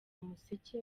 umuseke